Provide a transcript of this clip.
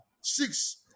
six